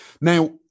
Now